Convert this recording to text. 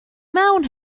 mewn